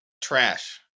trash